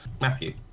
Matthew